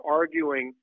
arguing